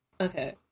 Okay